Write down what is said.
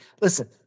Listen